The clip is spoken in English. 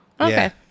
Okay